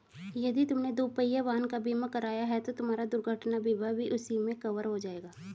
यदि तुमने दुपहिया वाहन का बीमा कराया है तो तुम्हारा दुर्घटना बीमा भी उसी में कवर हो जाएगा